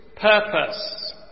purpose